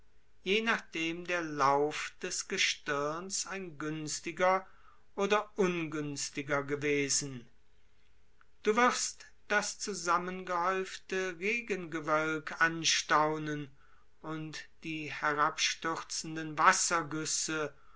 je nachdem der lauf des gestirns ein günstiger oder ungünstiger gewesen du wirst das zusammengehäufte regengewölk anstaunen und die herabstürzenden wassergüsse